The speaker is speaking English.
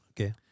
Okay